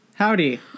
Howdy